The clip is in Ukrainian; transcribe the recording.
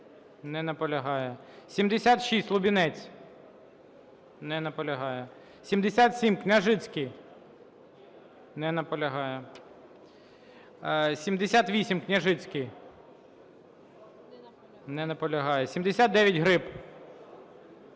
Не наполягає. 76, Лубінець. Не наполягає. 77, Княжицький. Не наполягає. 78, Княжицький. Не наполягає. 79, Гриб.